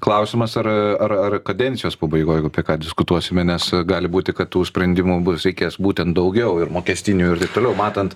klausimas ar ar ar kadencijos pabaigoj jeigu apie ką diskutuosime nes gali būti kad tų sprendimų bus reikės būtent daugiau ir mokestinių ir taip toliau matant